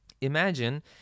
imagine